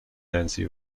nancy